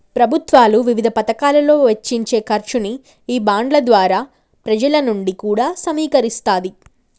ప్రభుత్వాలు వివిధ పతకాలలో వెచ్చించే ఖర్చుని ఈ బాండ్ల ద్వారా పెజల నుంచి కూడా సమీకరిస్తాది